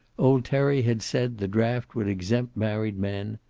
old terry had said the draft would exempt married men.